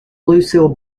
lucille